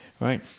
right